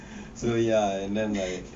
so ya and then like